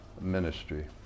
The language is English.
ministry